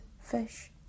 fish